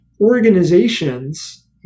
organizations